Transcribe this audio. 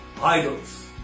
idols